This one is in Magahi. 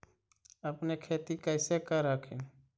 अपने खेती कैसे कर हखिन?